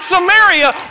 Samaria